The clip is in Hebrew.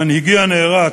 מנהיגי הנערץ,